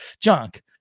junk